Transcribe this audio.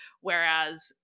Whereas